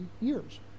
years